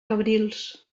cabrils